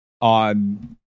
on